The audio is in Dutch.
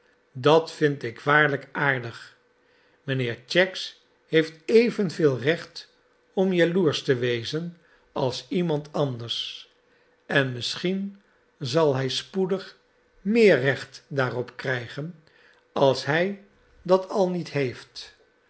dat vind ik waarlijk aardig mijnheer cheggs heeft evenveel rech om jaloersch te wezen als iemand anders en misschien zal hij spoedig meer recht daarop krijgen als hij dat al niet heeft